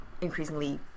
Increasingly